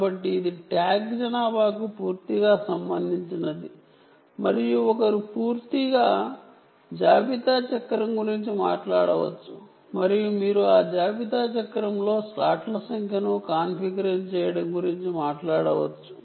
కాబట్టి ఇదిట్యాగ్ల సంఖ్య కు పూర్తిగా సంబంధించినది మరియు ఒకరు పూర్తి ఇన్వెంటరీ సర్కిల్ గురించి మాట్లాడవచ్చు మరియు మీరు ఆ ఇన్వెంటరీ సర్కిల్లో స్లాట్ల సంఖ్యను కాన్ఫిగర్ చేయడం గురించి మాట్లాడవచ్చు